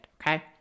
Okay